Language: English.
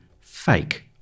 fake